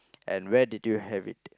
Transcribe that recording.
and where did you have it